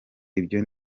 ibyo